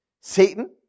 Satan